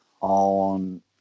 on